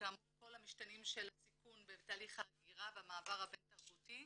וכאמור כל המשתנים של הסיכון בתהליך ההגירה והמעבר הבין תרבותי,